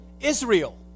Israel